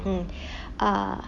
mm ah